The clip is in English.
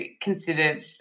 considered